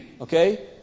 Okay